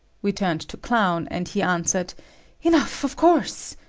we turned to clown, and he answered enough, of course.